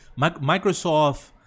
microsoft